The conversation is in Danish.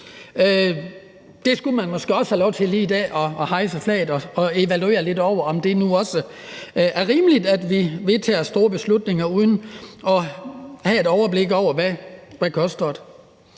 Der skulle man måske også have lov til lige i dag at hejse flaget og evaluere lidt, i forhold til om det nu også er rimeligt, at vi vedtager store beslutninger uden at have et overblik over, hvad det koster.